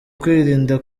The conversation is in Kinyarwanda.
kwirinda